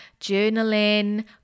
journaling